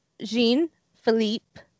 Jean-Philippe